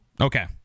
Okay